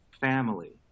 family